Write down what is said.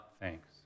thanks